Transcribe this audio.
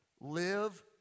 Live